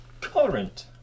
current